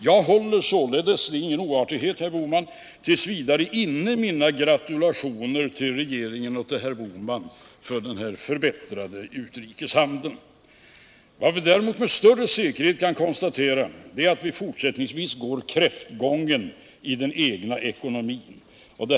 Jag håller således — det är ingen oartighet, herr Bohman -— tills vidare inne mina gratulationer till regeringen och till herr Bohman för en förbättrad utrikeshandel. Vad vi däremot med större säkerhet kan konstatera är att vi fortsättningsvis går kräftgången i den egna ekonomin.